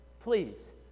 Please